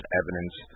evidence